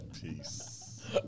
Peace